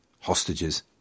hostages